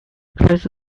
close